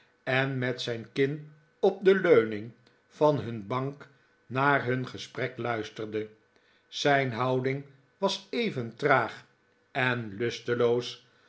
en met zijn kin op de leuning van hun bank naar hun gesprek luisterde zijn houding was even traag en lusteloos